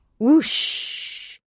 Whoosh